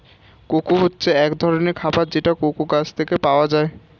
cocoa হচ্ছে এক ধরনের খাবার যেটা কোকো গাছ থেকে পাওয়া যায়